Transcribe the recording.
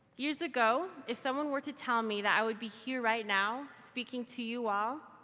years ago, if someone were to tell me that i would be here right now speaking to you all,